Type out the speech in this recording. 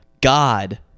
God